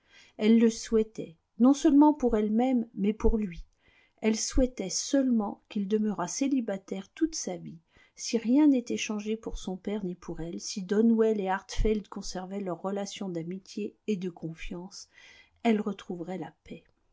elle le souhaitait non seulement pour elle-même mais pour lui elle souhaitait seulement qu'il demeura célibataire toute sa vie si rien n'était changé pour son père ni pour elle si donwell et hartfield conservaient leurs relations d'amitié et de confiance elle retrouverait la paix